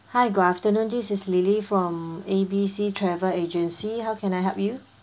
hi good afternoon this is lily from A B C travel agency how can I help you